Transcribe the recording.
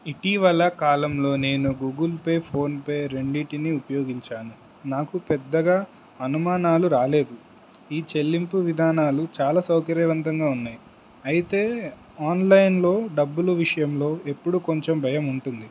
ఇటీవల కాలంలో నేను గూగుల్ పే ఫోన్పే రెండిటిని ఉపయోగించాను నాకు పెద్దగా అనుమానాలు రాలేదు ఈ చెల్లింపు విదానాలు చాలా సౌకర్యవంతంగా ఉన్నాయి అయితే ఆన్లైన్లో డబ్బులు విషయంలో ఎప్పుడ కొంచెం భయం ఉంటుంది